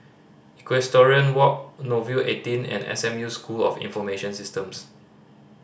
Equestrian Walk Nouvel Eighteen and S M U School of Information Systems